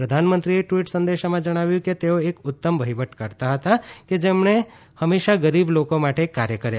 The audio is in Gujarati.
પ્રધાનમંત્રીએ ટવીટ સંદેશામાં જણાવ્યું કે તેઓ એક ઉત્તમ વહીવટકર્તા હતા કે જેમણે હંમેશા ગરીબ લોકો માટે કાર્ય કર્યા